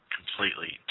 completely